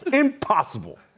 Impossible